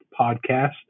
podcast